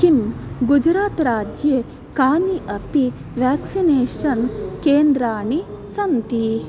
किं गुजरात् राज्ये कानि अपि व्याक्सिनेषन् केन्द्राणि सन्ति